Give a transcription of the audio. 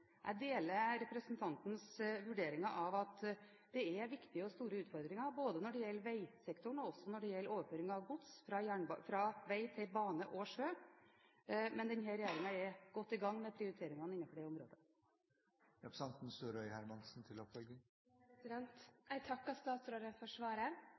Jeg deler representantens vurderinger av at det er viktige og store utfordringer når det gjelder både veisektoren og overføring av gods fra vei til bane og sjø. Men denne regjeringen er godt i gang med prioriteringene innenfor dette området. Eg takkar statsråden for svaret. Vi er glade for